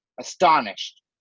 astonished